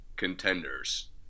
contenders